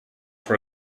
for